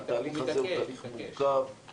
התהליך הזה הוא תהליך מורכב.